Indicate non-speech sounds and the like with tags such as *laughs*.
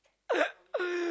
*laughs*